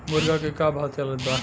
मुर्गा के का भाव चलता?